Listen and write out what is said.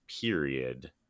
period